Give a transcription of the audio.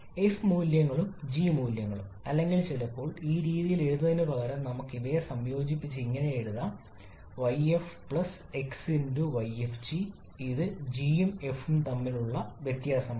F മൂല്യങ്ങളും G മൂല്യങ്ങളും അല്ലെങ്കിൽ ചിലപ്പോൾ ഈ രീതിയിൽ എഴുതുന്നതിനുപകരം നമുക്ക് ഇവയെ സംയോജിപ്പിച്ച് ഇങ്ങനെ എഴുതാം 𝑦𝑓 𝑥𝑦𝑓𝑔 ഇത് g ഉം f ഉം തമ്മിലുള്ള വ്യത്യാസമാണ്